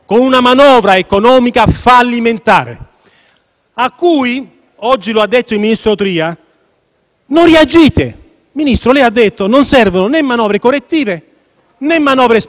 Non c'è nulla nel Documento di economia e finanza, ancorché vi siano spese complessive per circa 133 miliardi di euro nei prossimi tre anni